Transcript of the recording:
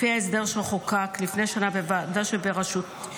לפי ההסדר שחוקק לפני שנה בוועדה שבראשותי,